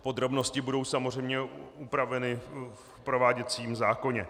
Podrobnosti budou samozřejmě upraveny v prováděcím zákoně.